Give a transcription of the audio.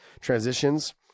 transitions –